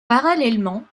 parallèlement